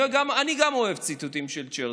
גם אני אוהב ציטוטים של צ'רצ'יל.